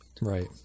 Right